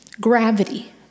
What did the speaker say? gravity